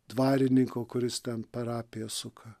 dvarininko kuris ten parapiją suka